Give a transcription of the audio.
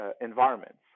environments